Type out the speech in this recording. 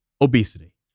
obesity